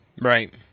Right